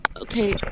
okay